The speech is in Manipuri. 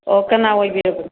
ꯑꯣ ꯀꯅꯥ ꯑꯣꯏꯕꯤꯔꯕꯅꯣ